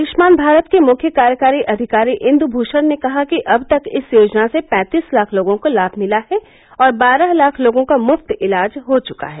आयुष्मान भारत के मुख्य कार्यकारी अधिकारी इंदु भूषण ने कहा कि अब तक इस योजना से पैंतीस लाख लोगों को लाभ मिला है और बारह लाख लोगों का मुफ्त इलाज हो चुका है